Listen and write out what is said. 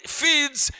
feeds